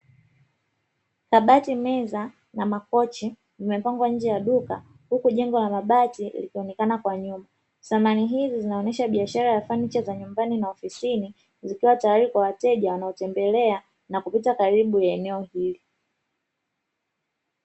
Kabati, meza na makochi vimepangwa nje ya duka, huku jengo la mabati likionekana kwa nyuma. Samani hizi zinaonesha biashara ya fanicha za ofisini na nyumbani zikiwa tayari kwa wateja wanaotembelea na kupita karibu na eneo hili.